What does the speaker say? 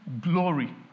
glory